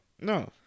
No